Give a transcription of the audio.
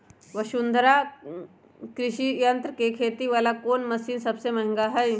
वसुंधरा कृषि यंत्र के खेती वाला कोन मशीन सबसे महंगा हई?